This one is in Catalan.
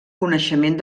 coneixement